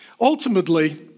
Ultimately